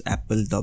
Apple